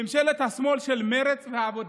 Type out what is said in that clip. ממשלת השמאל של מרצ והעבודה.